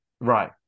Right